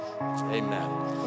amen